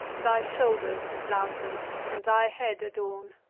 thy shoulders, lausus, and thy head adorn.